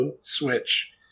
Switch